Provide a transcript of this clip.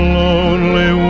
lonely